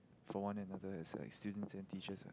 for one another as like students and teachers